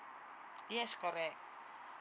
yes correct